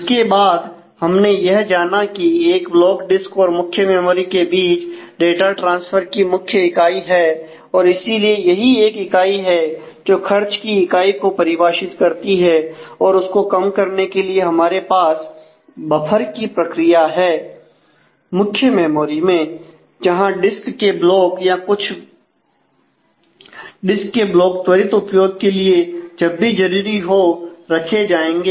उसके बाद हमने यह जाना कि एक ब्लॉक डिस्क और मुख्य मेमोरी के बीच डाटा ट्रांसफर की मुख्य इकाई है और इसीलिए यही एक इकाई है जो खर्च की इकाई को परिभाषित करती है और उसको कम करने के लिए हमारे पास बफर की प्रक्रिया है मुख्य मेमोरी में जहां डिस्क के ब्लॉक या कुछ विश्व के ब्लॉक त्वरित उपयोग के लिए जब भी जरूरी हो रखे जाएंगे